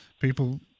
People